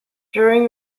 during